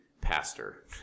pastor